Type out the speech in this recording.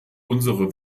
unsere